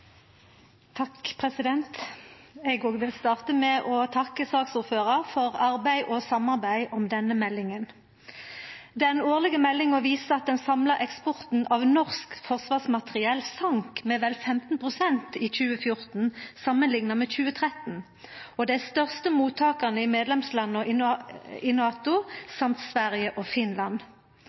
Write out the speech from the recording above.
Eg òg vil starta med å takka saksordføraren for arbeidet og for samarbeidet om denne meldinga. Den årlege meldinga viser at den samla eksporten av norsk forsvarsmateriell sokk med vel 15 pst. i 2014 samanlikna med 2013. Dei største mottakarane er medlemslanda i NATO og Sverige og Finland.